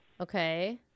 Okay